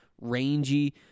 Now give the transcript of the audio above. rangy